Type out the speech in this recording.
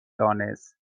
دانست